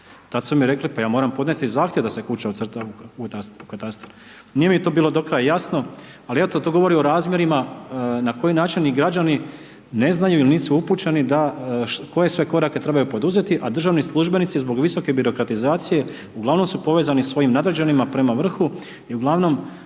Tada su mi rekli pa ja moram podnesti zakon da se kuća ucrta u katastar. Nije mi to bilo do kraja jasno ali eto to govori o razmjerima na koji način i građani ne znaju ili nisu upućeni koje sve korake trebaju poduzeti a državni službenici zbog visoke birokratizacije uglavnom su povezani sa svojim nadređenima prema vrhu i uglavnom